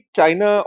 China